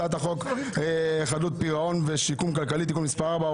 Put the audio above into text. הצעת חוק חדלות פירעון ושיקום כלכלי (תיקון מס' 4,